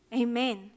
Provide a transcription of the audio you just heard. Amen